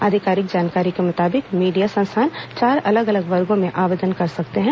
आधिकारिक जानकारी के मुताबिक मीडिया संस्थान चार अलग अलग वर्गो में आवेदन कर सकते हैं